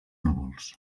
núvols